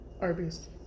Arby's